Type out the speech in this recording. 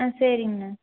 ஆ சரிங்கண்ணா